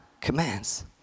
commands